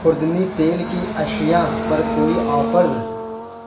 خوردنی تیل کی اشیا پر کوئی آفرز